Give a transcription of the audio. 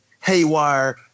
Haywire